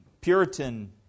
Puritan